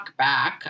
talkback